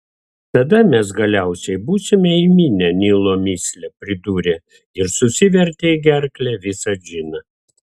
tada mes galiausiai būsime įminę nilo mįslę pridūrė ir susivertė į gerklę visą džiną